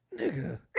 nigga